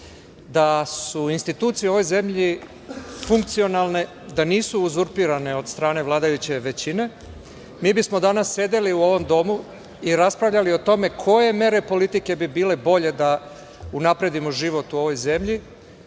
Da su institucije u ovoj zemlji funkcionalne, da nisu uzurpirane od strane vladajuće većine, mi bismo danas sedeli u ovom domu i raspravljali o tome koje mere politike bi bile bolje da unapredimo život u ovoj zemlji,